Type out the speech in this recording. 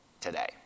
today